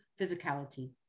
physicality